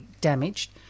damaged